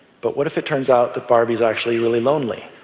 but what if it turns out that barbie's actually really lonely?